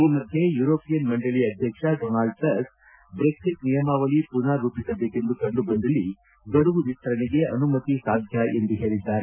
ಈ ಮಧ್ಯೆ ಯೂರೋಪಿಯನ್ ಮಂಡಳಿ ಅಧ್ಯಕ್ಷ ಡೊನಾಲ್ಡ್ ಟಸ್ಕ್ ಬ್ರೆಕ್ಲಿಟ್ ನಿಯಮಾವಳಿ ಮನರ್ ರೂಪಿಸಬೇಕೆಂದು ಕಂಡು ಬಂದಲ್ಲಿ ಗಡುವು ವಿಸ್ತರಣೆಗೆ ಅನುಮತಿ ಸಾಧ್ಯ ಎಂದು ಹೇಳಿದ್ದಾರೆ